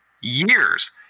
years